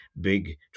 big